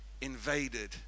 invaded